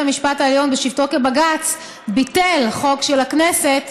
המשפט העליון בשבתו כבג"ץ ביטל חוק של הכנסת